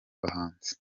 bahanzi